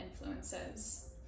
influences